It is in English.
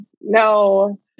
No